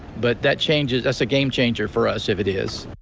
but that changes as a game changer for us it is.